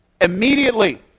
Immediately